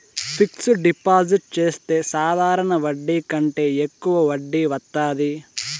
fixed deposit చెత్తే సాధారణ వడ్డీ కంటే యెక్కువ వడ్డీ వత్తాది